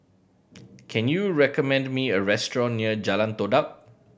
can you recommend me a restaurant near Jalan Todak